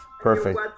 Perfect